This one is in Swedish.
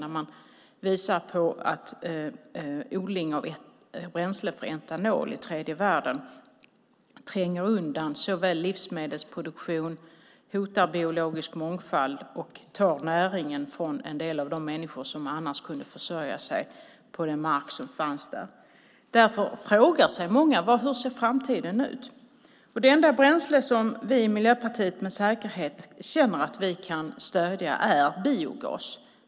Där visade man på att odling för etanolbränsle i tredje världen såväl tränger undan livsmedelsproduktion som hotar biologisk mångfald och tar näringen från en del av de människor som annars kunde försörja sig på den mark som fanns där. Många frågar sig därför: Hur ser framtiden ut? Det enda bränsle som vi i Miljöpartiet känner att vi med säkerhet kan stödja är biogas.